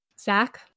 Zach